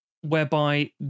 whereby